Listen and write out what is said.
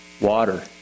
water